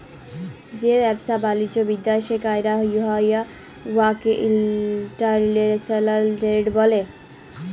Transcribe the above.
যে ব্যবসা বালিজ্য বিদ্যাশে ক্যরা হ্যয় উয়াকে ইলটারল্যাশলাল টেরেড ব্যলে